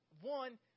One